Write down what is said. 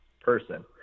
person